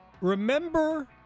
Remember